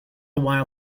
while